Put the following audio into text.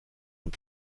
und